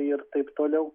ir taip toliau